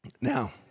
Now